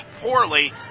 poorly